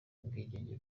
ubwigenge